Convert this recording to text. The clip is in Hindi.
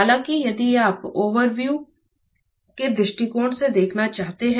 हालांकि यदि आप ओवरव्यू के दृष्टिकोण से देखना चाहते हैं